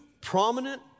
prominent